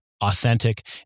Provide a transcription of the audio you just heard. authentic